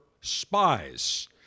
spies